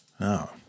No